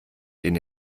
den